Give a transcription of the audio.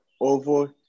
over